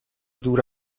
دور